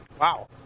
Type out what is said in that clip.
Wow